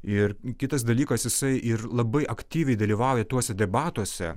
ir kitas dalykas jisai ir labai aktyviai dalyvauja tuose debatuose